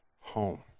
home